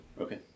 okay